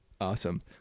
awesome